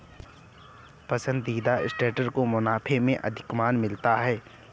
पसंदीदा स्टॉक को मुनाफे में अधिमान मिलता है